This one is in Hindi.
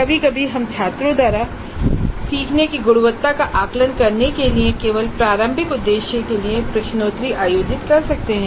कभी कभी हम छात्रों द्वारा सीखने की गुणवत्ता का आकलन करने के लिए केवल प्रारंभिक उद्देश्यों के लिए प्रश्नोत्तरी आयोजित कर सकते हैं